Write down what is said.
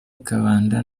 kabanda